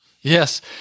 Yes